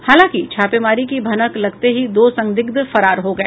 हांलाकि छापेमारी की भनक लगते ही दो संदिग्ध फरार हो गए